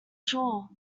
sure